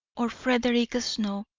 or frederick snow,